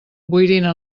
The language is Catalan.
boirina